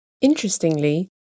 Interestingly